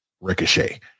Ricochet